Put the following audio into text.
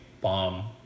bomb